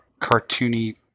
cartoony